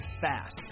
fast